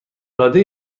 العاده